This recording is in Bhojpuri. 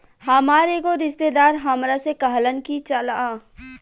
हामार एगो रिस्तेदार हामरा से कहलन की चलऽ